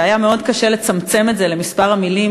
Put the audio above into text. והיה מאוד קשה לצמצם את זה למספר המילים